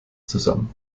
zusammen